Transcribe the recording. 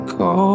go